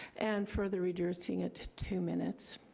and further reducing it to two minutes.